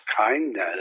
kindness